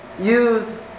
use